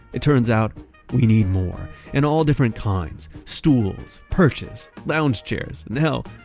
it turns out we need more and all different kinds. stools, perches, lounge chairs, and hell,